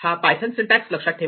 हा Python syntax लक्षात ठेवा